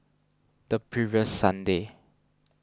the previous Sunday